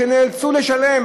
שנאלצו לשלם.